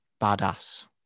badass